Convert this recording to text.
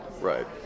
Right